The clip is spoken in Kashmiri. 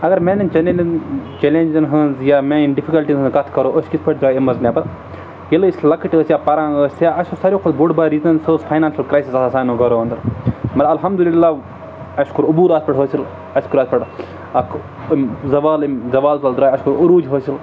اگر میانٮ۪ن چیلینجن چیلینجن ہٕنٛز یا میٲنۍ ڈِفکَلٹی ہٕنٛز کَتھ کَرو أسۍ کِتھ پٲٹھۍ درٛاے اَمہِ نٮ۪بَر ییٚلہِ أسۍ لَکٕٹۍ ٲسۍ یا پَران ٲسۍ یا اَسہِ اوس ساروی کھۄتہٕ بوٚڑ بارٕ ریٖزَن سُہ اوس فاینانشَل کرٛایسٕز آسان سانہِ گورٕ اَنٛدَر مگر الحمدُاللہ اَسہِ کوٚر اوبوٗ اَتھ پٮ۪ٹھ حٲصِل اَسہِ کوٚر اَتھ پٮ۪ٹھ اَکھ أمۍ زوال أمۍ زوال درٛاے اَسہِ کوٚر عروٗج حٲصِل